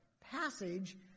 passage